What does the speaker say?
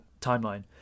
timeline